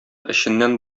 эченнән